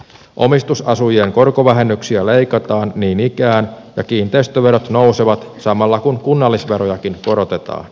omistusasujien korkovähennyksiä leikataan niin ikään ja kiinteistöverot nousevat samalla kun kunnallisverojakin korotetaan